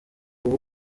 uba